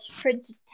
printed